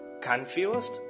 Confused